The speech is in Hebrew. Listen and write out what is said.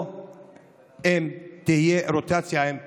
לא אם תהיה רוטציה עם גנץ.